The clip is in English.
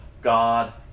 God